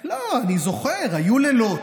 לא, אני זוכר, היו לילות,